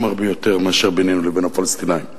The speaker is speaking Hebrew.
הרבה יותר מאשר בינינו לבין הפלסטינים.